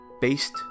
based